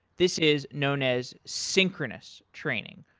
this is known as synchronous training.